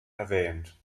erwähnt